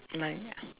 like